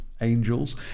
angels